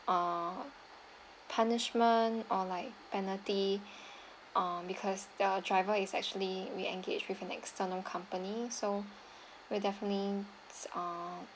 err punishment or like penalty um because the driver is actually we engaged with an external company so we'll definitely ah